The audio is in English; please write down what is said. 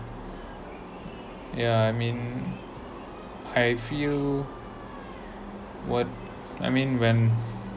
yeah I mean I feel what I mean when